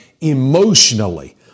emotionally